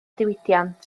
diwydiant